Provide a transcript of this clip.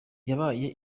yabaye